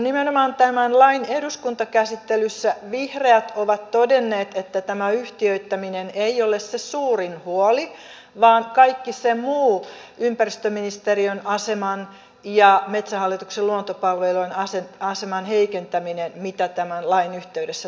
nimenomaan tämän lain eduskuntakäsittelyssä vihreät ovat todenneet että tämä yhtiöittäminen ei ole se suurin huoli vaan kaikki se muu ympäristöministeriön aseman ja metsähallituksen luontopalvelujen aseman heikentäminen mitä tämän lain yhteydessä tapahtuu